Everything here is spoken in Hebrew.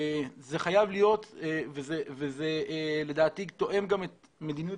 זה חייב להיות ולדעתי זה תואם גם את מדיניות